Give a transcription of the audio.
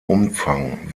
umfang